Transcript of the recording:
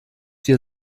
dir